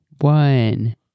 One